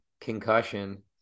concussion